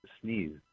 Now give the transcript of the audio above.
sneeze